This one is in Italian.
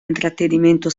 intrattenimento